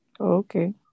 okay